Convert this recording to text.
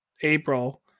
April